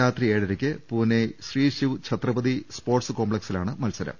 രാത്രി ഏഴരക്ക് പൂണെ ശ്രീശിവ് ഛത്രപതി സ്പോർട്സ് കോംപ്ലക്സ്റ്റിലാണ് മത്സരം